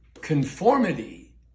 Conformity